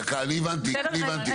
אני הבנתי, סליחה.